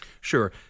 Sure